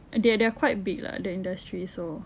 they're they're quite big lah in the industry so